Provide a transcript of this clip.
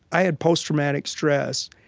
i had post-traumatic stress.